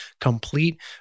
Complete